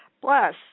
Plus